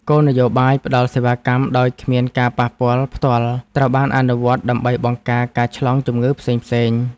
គោលនយោបាយផ្ដល់សេវាកម្មដោយគ្មានការប៉ះពាល់ផ្ទាល់ត្រូវបានអនុវត្តដើម្បីបង្ការការឆ្លងជំងឺផ្សេងៗ។